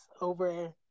over